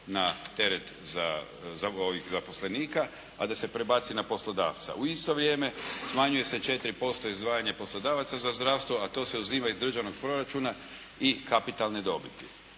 na teret zaposlenika, a da se prebaci na poslodavca. U isto vrijeme smanjuje se 4% izdvajanje poslodavaca za zdravstvo, a to se uzima iz državnog proračuna i kapitalne dobiti.